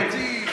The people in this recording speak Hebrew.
טוב, אתה צודק.